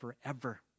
forever